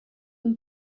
them